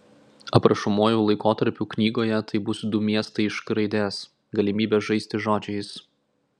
aprašomuoju laikotarpiu knygoje tai bus du miestai iš k raidės galimybė žaisti žodžiais